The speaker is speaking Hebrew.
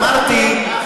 אמרתי,